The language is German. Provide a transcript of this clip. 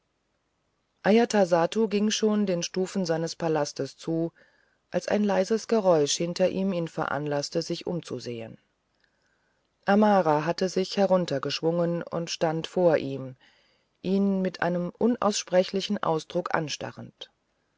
ajatasattu ging schon den stufen seines palastes zu als ein leises geräusch hinter ihm ihn veranlaßte sich umzusehen amara hatte sich heruntergeschwungen und stand vor ihm ihn mit einem unaussprechlichen ausdruck anstarrend